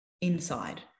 inside